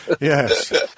Yes